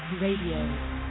Radio